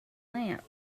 lamp